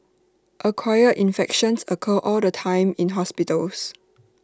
acquired infections occur all the time in hospitals